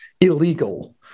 illegal